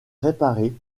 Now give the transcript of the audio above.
réparer